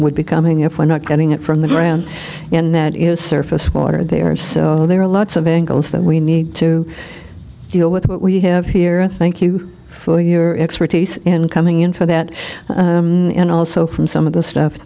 would be coming if we're not getting it from the ground and that is surface water they are so there are lots of angles that we need to deal with what we have here thank you for your expertise in coming in for that and also from some of the stuff